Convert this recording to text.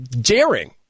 daring